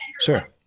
sure